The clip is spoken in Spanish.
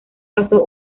pasó